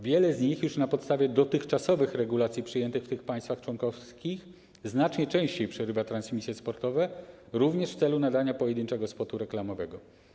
Wiele z nich już na podstawie dotychczasowych regulacji przyjętych w tych państwach członkowskich znacznie częściej przerywa transmisje sportowe, również w celu nadania pojedynczego spotu reklamowego.